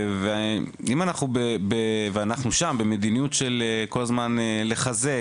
ואם אנחנו במדיניות של כל הזמן לחזק